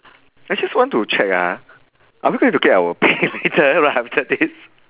I just want to check ah are we going to get our pay later right after this